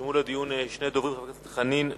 נרשמו לדיון שני דוברים, חברי הכנסת חנין ואריאל.